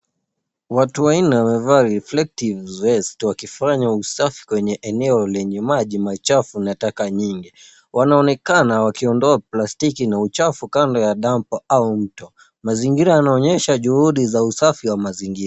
Watu wanne wamevaa reflective vests wakifanya usafi kwenye eneo lenye maji machafu na taka nyingi. Wanaonekana wakiondoa plastiki na uchafu kando ya damp au mto. Mazingira yanaonyesha juhudi za usafi wa mazingira.